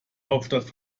hauptstadt